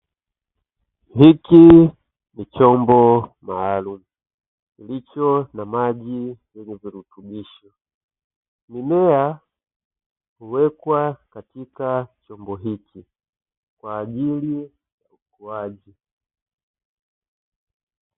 Hiki ni chombo maalumu kilicho na maji yenye virutubisho, mimea huwekwa katika chombo hiki kwa ajili ya ukuaji.